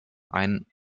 ein